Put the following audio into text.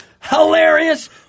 hilarious